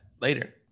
later